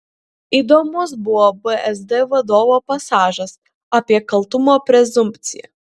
įdomus buvo vsd vadovo pasažas apie kaltumo prezumpciją